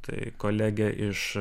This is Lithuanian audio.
tai kolegė iš